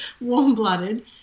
warm-blooded